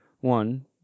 one